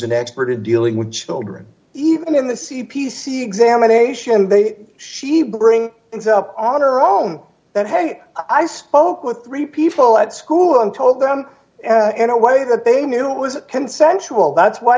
an expert in dealing with children even in the c p c examination they say she bring things up on her own that hey i spoke with three people at school and told them and a way that they knew it was consensual that's why